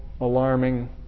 alarming